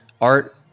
Art